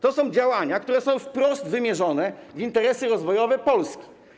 To są działania, które są wprost wymierzone w interesy rozwojowe Polski.